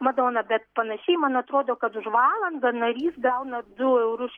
madona bet panašiai man atrodo kad už valandą narys gauna du eurus